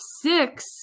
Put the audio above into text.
Six